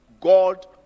God